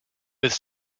with